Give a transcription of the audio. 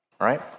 right